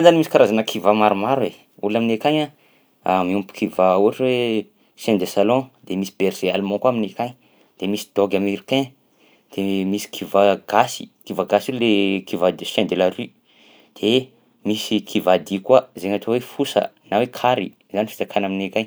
Zany misy karazana kivà maromaro e, olona aminay akagny miompy kivà ohatra hoe chien de salon de misy berger allemand koa aminay akagny, de misy dog americain, de misy kivà gasy, kivà gasy io le kivà de chien de la rue, de misy kivàdia koa zaigny atao hoe fosa na hoe kary, izany fizakana aminay akagny.